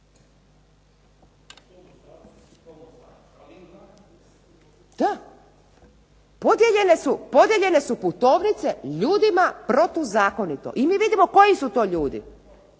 Da. Podijeljene su putovnice ljudima protuzakonito, i mi vidimo koji su to ljudi,